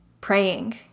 Praying